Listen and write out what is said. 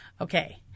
okay